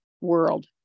world